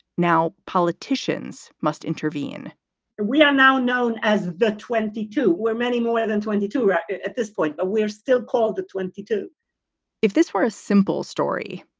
now politicians must intervene we are now known as the twenty two where many more than twenty two arrested at this point. we're still called the twenty two point if this were a simple story,